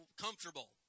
comfortable